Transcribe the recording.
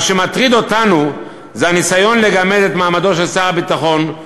מה שמטריד אותנו זה הניסיון לגמד את מעמדו של שר הביטחון,